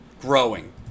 growing